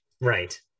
Right